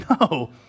No